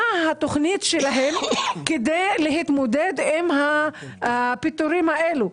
מה התכנית שלהם כדי להתמודד עם הפיטורים האלה?